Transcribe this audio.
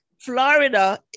Florida